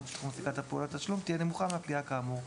בתחום סליקת פעולות תשלום תהיה נמוכה מהפגיעה כאמור,